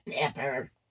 pepper